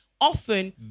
Often